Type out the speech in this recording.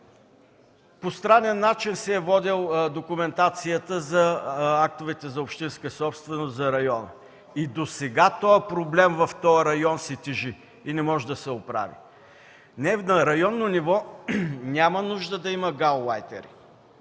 По странен начин се е водила документацията за актовете за общинска собственост за района. И досега този проблем тежи в района и може да се оправи. На районно няма нужда да има гаулайтери.